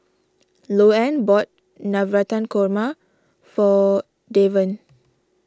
Louann bought Navratan Korma for Deven